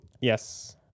yes